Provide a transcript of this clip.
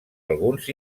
alguns